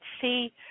see